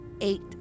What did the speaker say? Eight